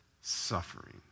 Suffering